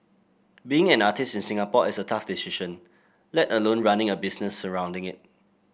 being an artist in Singapore is a tough decision let alone running a business surrounding it